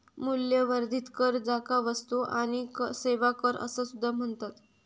मूल्यवर्धित कर, ज्याका वस्तू आणि सेवा कर असा सुद्धा म्हणतत